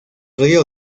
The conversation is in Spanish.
río